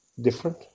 different